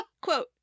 Quote